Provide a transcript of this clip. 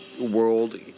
world